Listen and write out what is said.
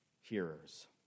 hearers